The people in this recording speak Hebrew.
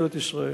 ממשלת ישראל.